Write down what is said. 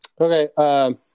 Okay